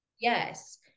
yes